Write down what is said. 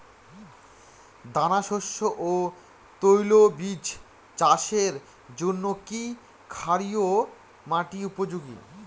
দানাশস্য ও তৈলবীজ চাষের জন্য কি ক্ষারকীয় মাটি উপযোগী?